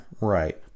right